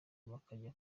bakajya